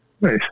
Nice